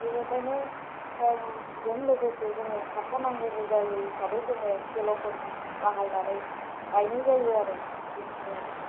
बेनिखायनो समजों लोगोसे जोङो खारफानांगौबो जायो हिसाबै जोङो सेल'फोर बाहायनानै गायनाय जायो आरो बेखिनियानो